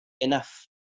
enough